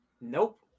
Nope